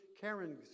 Karen